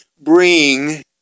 bring